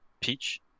peach